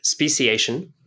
speciation